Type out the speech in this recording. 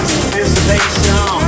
anticipation